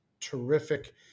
terrific